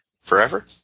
forever